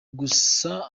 gusa